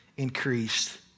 Increased